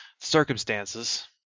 circumstances